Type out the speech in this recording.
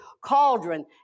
cauldron